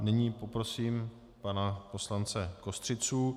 Nyní poprosím pana poslance Kostřicu.